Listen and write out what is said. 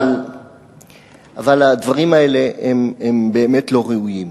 אבל הדברים האלה באמת לא ראויים,